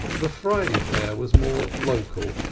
the friday fair was more local,